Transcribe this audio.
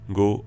go